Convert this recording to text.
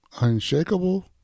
Unshakable